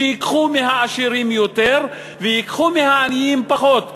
שייקחו מהעשירים יותר וייקחו מהעניים פחות.